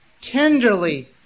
tenderly